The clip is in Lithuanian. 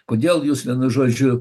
kodėl jūs vienu žodžiu